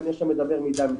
ואני עכשיו מדבר מדם ליבי.